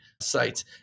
sites